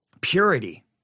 purity